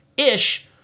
ish